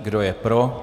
Kdo je pro?